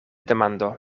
demando